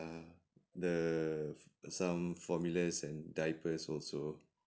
the some formulas and diapers also